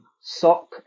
sock